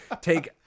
take